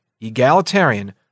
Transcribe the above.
egalitarian